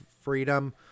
freedom